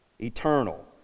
Eternal